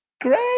great